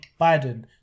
Biden